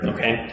Okay